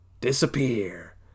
disappear